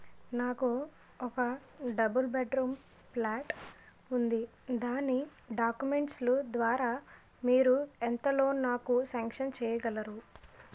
నాకు ఒక double bed room flat ఉంది దాని డాక్యుమెంట్స్ లు ద్వారా మీరు ఎంత లోన్ నాకు సాంక్షన్ చేయగలరు?